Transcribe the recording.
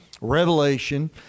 revelation